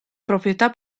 proprietà